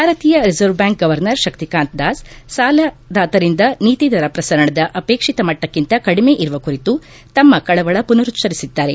ಭಾರತೀಯ reserve bank governor Shaktikanta Das ಸಾಲದಾತರಿಂದ ನೀತಿ ದರ ಪ್ರಸರಣದ ಅಹೇಕ್ಷಿತ ಮಟ್ಟಕ್ಕಿಂತ ಕಡಿಮೆ ಇರುವ ಕುರಿತು ತಮ್ಮ ಕಳವಳ ಪುನರುಚ್ಚರಿಸಿದ್ದಾರೆ